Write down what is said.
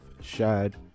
shad